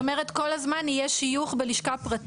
זאת אומרת, כל הזמן יהיה שיוך בלשכה פרטית?